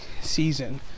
season